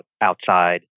outside